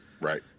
Right